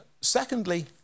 Secondly